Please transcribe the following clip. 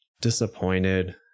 disappointed